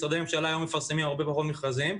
משרדי ממשלה היום מפרסמים הרבה פחות מכרזים,